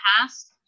past